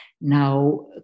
now